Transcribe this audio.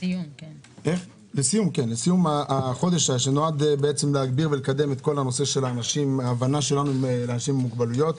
סיום החודש שנועד לקדם את ההבנה שלנו לאנשים עם מוגבלויות.